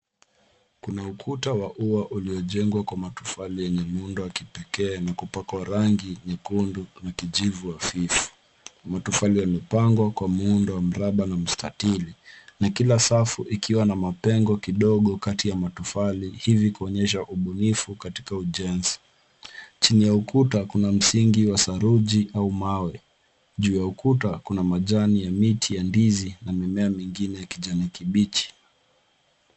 Kuna ukuta wa ua uliojengwa kwa matofali yenye muundo wa kipekee na kupakwa rangi nyekundu na kijivu hafifu. Matofali yamejengwa kwa muundo wa miraba na mstatili na kila safu ikiwa na mapengo kidogo kati ya matofali hivi kuonyesha ubunifu katika ujenzi. Chini ya ukuta kuna msingi wa saruji au mawe. Juu ya ukuta kuna majani ya miti ya ndizi na mimea mingine ya kijani kibichi.